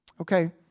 Okay